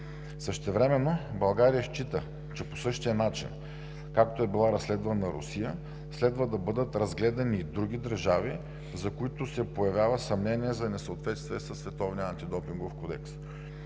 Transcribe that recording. Същевременно България счита, че по същия начин, както е била разследвана Русия, следва да бъдат разгледани и други държави, за които се появи съмнение за несъответствие със Световния антидопингов кодекс.